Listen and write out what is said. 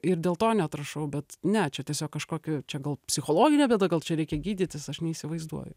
ir dėl to neatrašau bet ne čia tiesiog kažkokiu čia gal psichologinė bėda gal čia reikia gydytis aš neįsivaizduoju